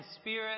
spirit